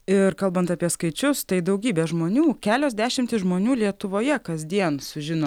ir kalbant apie skaičius tai daugybė žmonių kelios dešimtys žmonių lietuvoje kasdien sužino